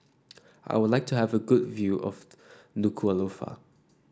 I would like to have a good view of Nuku'alofa